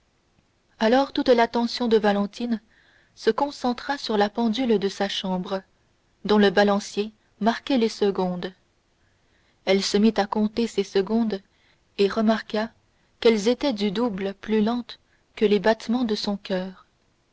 alors toute l'attention de valentine se concentra sur la pendule de sa chambre dont le balancier marquait les secondes elle se mit à compter ces secondes et remarqua qu'elles étaient du double plus lentes que les battements de son coeur